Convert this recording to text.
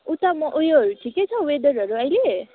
उता पनि उयोहरू ठिकै छ वेदरहरू अहिले